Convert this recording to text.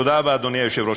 תודה רבה, אדוני היושב-ראש.